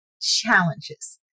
challenges